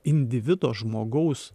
individo žmogaus